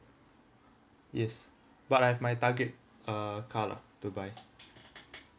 yes but I've my target uh car lah to buy